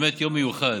באמת יום מיוחד.